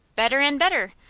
better and better!